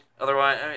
Otherwise